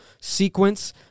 Sequence